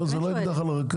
לא, זה לא אקדח על הרקה.